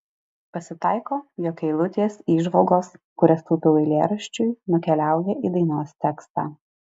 pasitaiko jog eilutės įžvalgos kurias taupiau eilėraščiui nukeliauja į dainos tekstą